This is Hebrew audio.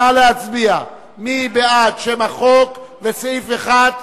נא להצביע מי בעד שם החוק וסעיף 1,